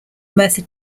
merthyr